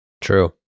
true